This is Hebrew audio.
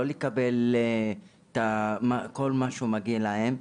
לא לקבל את כל מה שמגיע להן,